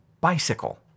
bicycle